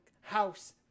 house